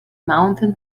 mountain